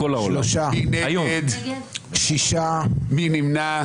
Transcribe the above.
שלושה בעד, שישה נגד, אין נמנעים.